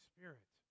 Spirit